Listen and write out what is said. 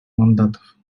мандатов